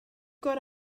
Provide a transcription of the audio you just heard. got